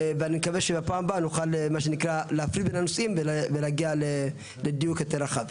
ואני מקווה שבפעם הבאה נוכל להפריד בין הנושאים ולהגיע לדיוק יותר רחב.